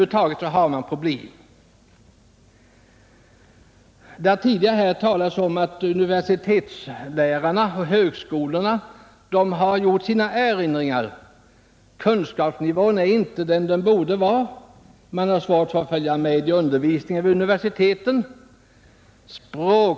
Det har tidigare talats om att universitetsoch högskolelärarna har gjort erinringar. Kunskapsnivån är inte vad den borde vara, och eleverna har svårt att följa med i undervisningen vid universiteten.